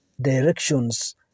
directions